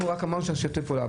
אנחנו רק אמרנו שנשתף פעולה,